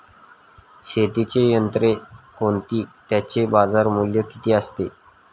शेतीची यंत्रे कोणती? त्याचे बाजारमूल्य किती असते?